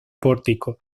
pórtico